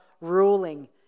ruling